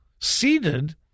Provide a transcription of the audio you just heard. seated